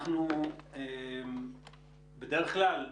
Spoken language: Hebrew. בדרך כלל,